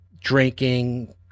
drinking